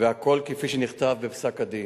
והכול כפי שנכתב בפסק-הדין.